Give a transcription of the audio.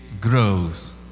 grows